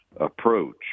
approach